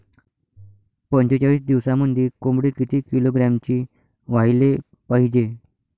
पंचेचाळीस दिवसामंदी कोंबडी किती किलोग्रॅमची व्हायले पाहीजे?